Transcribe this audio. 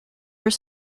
are